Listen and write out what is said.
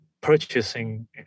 purchasing